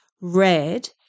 red